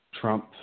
Trump